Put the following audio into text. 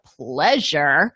pleasure